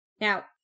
Now